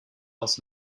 was